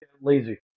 Lazy